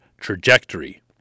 trajectory